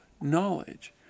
knowledge